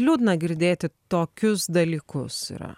liūdna girdėti tokius dalykus yra